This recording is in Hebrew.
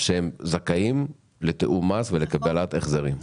שהם זכאים לתיאום מס ולקבלת החזרים.